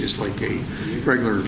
just like a regular